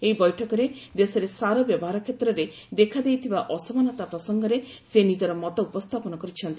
ଏହି ବୈଠକରେ ଦେଶରେ ସାର ବ୍ୟବହାର କ୍ଷେତ୍ରର ଦେଖାଦେଇଥିବା ଅସମାନତା ପ୍ରସଙ୍ଗରେ ସେ ନିଜର ମତ ଉପସ୍ଥାପନ କରିଛନ୍ତି